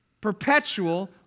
perpetual